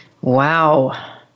Wow